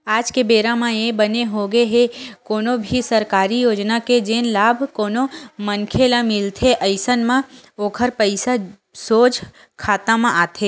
आज के बेरा म ये बने होगे हे कोनो भी सरकारी योजना के जेन लाभ कोनो मनखे ल मिलथे अइसन म ओखर पइसा सोझ खाता म आथे